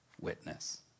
witness